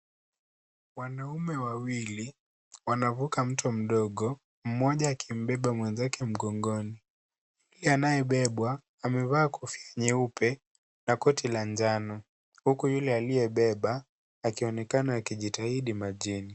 Wanaume wawili wanavuka mto mdogo mmoja akimbeba mwenzake mgongoni. Anayebebwa amevaa kofia nyeupe na koti la njano huku yule aliyebeba akionekana akijitahidi majini.